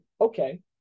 Okay